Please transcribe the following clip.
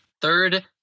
third